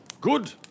Good